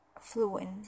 fluent